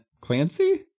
Clancy